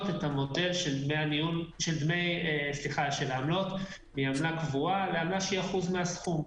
את המודל של העמלות מעמלה קבועה לעמלה שהיא אחוז מהסכום.